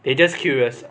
they just curious